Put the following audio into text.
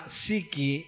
siki